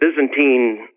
Byzantine